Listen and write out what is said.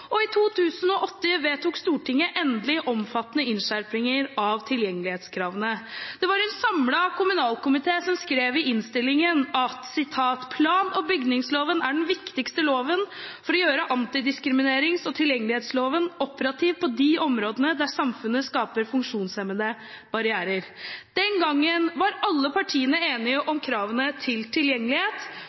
og bygningsloven. I 2009 vedtok Stortinget endelig omfattende innskjerpinger av tilgjengelighetskravene. Det var en samlet kommunalkomité som skrev i innstillingen: «Plan- og bygningsloven er den viktigste loven for å gjøre antidiskriminerings- og tilgjengelighetsloven operativ på de områdene der samfunnet skaper funksjonshemmende barrierer.» Den gangen var alle partiene enige om kravene til tilgjengelighet,